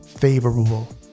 favorable